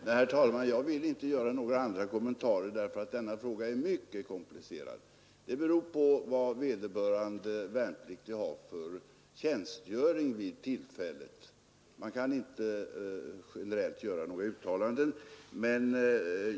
Herr talman! Jag vill inte göra några andra kommentarer än de jag redan har gjort. Denna fråga är mycket komplicerad. Mycket beror på vad vederbörande värnpliktige har för tjänstgöring vid tillfället. Man kan därför inte göra några generella uttalanden.